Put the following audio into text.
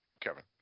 Kevin